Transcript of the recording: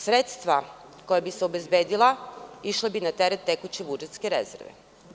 Sredstva koja bi se obezbedila išla bi na teret tekuće budžetske rezerve.